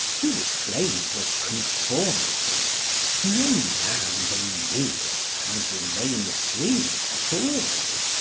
to the claims of conformity no man may yield and remain free at all.